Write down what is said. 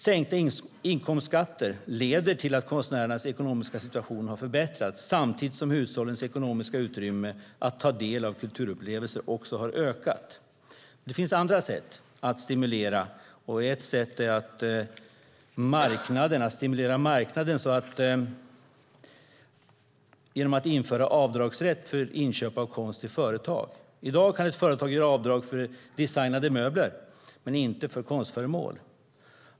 Sänkta inkomstskatter har lett till att konstnärernas ekonomiska situation har förbättrats samtidigt som hushållens ekonomiska utrymme att ta del av kulturupplevelser har ökat. Det finns andra sätt att stimulera. Ett sätt är att stimulera marknaden genom att införa avdragsrätt för inköp av konst till företag. I dag kan ett företag göra avdrag för designade möbler men inte för konstföremål.